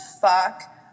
fuck